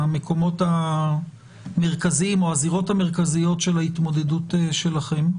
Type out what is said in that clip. המקומות המרכזיים או הזירות המרכזיות של ההתמודדות שלכם?